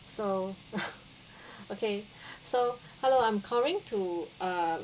so okay so hello I'm calling to err